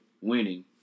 winning